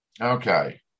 okay